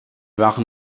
waren